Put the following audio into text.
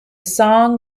song